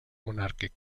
monàrquic